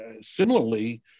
Similarly